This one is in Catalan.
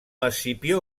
escipió